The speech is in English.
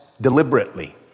deliberately